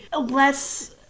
less